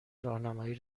راهنمایی